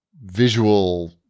visual